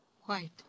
White